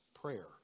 prayer